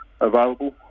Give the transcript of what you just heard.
available